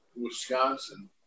Wisconsin